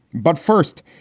but first,